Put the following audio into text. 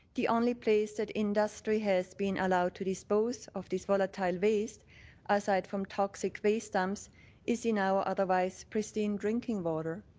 the only place that industry has been allowed to dispose of this volatile waste aside from toxic waste dumps is in our otherwise pristine drinking water.